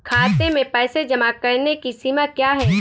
खाते में पैसे जमा करने की सीमा क्या है?